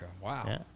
Wow